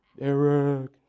Eric